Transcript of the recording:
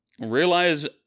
realize